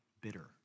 bitter